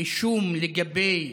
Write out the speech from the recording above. באישום לגבי